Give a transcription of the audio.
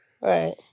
right